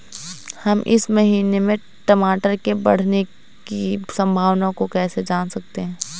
हम इस महीने में टमाटर के बढ़ने की संभावना को कैसे जान सकते हैं?